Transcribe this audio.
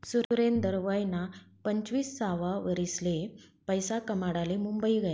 सुरेंदर वयना पंचवीससावा वरीसले पैसा कमाडाले मुंबई गया